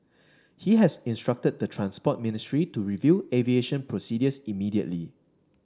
he has instructed the Transport Ministry to review aviation procedures immediately